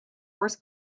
wars